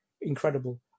incredible